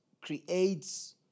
creates